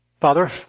Father